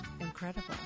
incredible